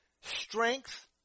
strength